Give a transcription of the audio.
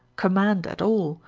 command at all,